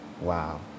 Wow